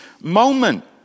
moment